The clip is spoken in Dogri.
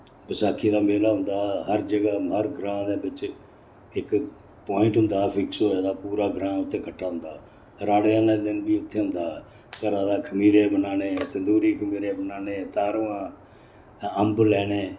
बसाखी दा मेला होंदा हा हर जगह हर ग्रांऽ दे बेच्च एक्क प्वाइंट होंदा हा फिक्स होए दा पूरा ग्रांऽ उत्थै कट्ठा होंदा हा राड़ें आह्ले दिन बी उत्थै होंदा हा घरा दा खमीरे बनाने तंदूरी खमीरे बनाने तारोआं अम्ब लैने